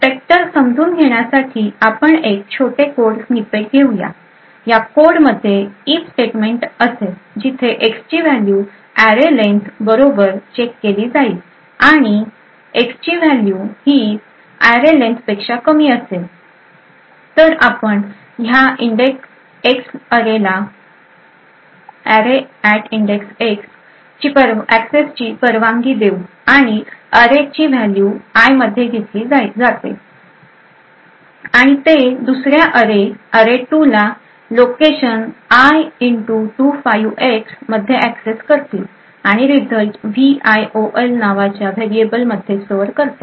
Spectre समजून घेण्यासाठी आपण एक छोटे कोड स्निपेट घेऊया या कोड मध्ये ईफ स्टेटमेंट असेल जिथे X ची व्हॅल्यू array len बरोबर चेक केली जाईल आणि X ची व्हॅल्यू ही array len पेक्षा कमी असेल तर आपण या ह्या इंडेक्स X अरेला एक्सेस ची परवानगी देऊ आणि अरे ची व्हॅल्यू I मध्ये घेतली जाते आणि ते दुसऱ्या अरेला array2 ला लोकेशन I 256 मध्ये एक्सेस करतील आणि रिझल्ट viol नावाच्या व्हेरिएबल मध्ये स्टोअर करते